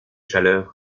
chaleurs